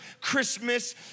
Christmas